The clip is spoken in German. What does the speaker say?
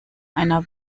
einer